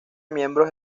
miembros